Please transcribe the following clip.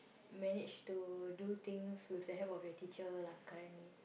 managed to do things with the help of your teacher lah currently